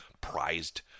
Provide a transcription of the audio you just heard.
prized